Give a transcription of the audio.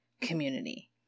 community